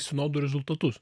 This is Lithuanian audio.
sinodų rezultatus